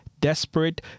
Desperate